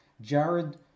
Jared